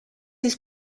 his